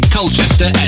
Colchester